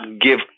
give